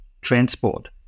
transport